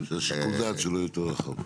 ששיקול הדעת שלו יהיה יותר רחב.